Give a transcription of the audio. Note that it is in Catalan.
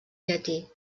llatí